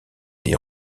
des